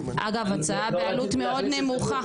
אגב, הצעה בעלות מאוד נמוכה.